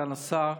סגן השר,